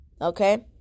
okay